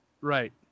right